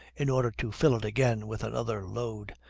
in order to fill it again with another load,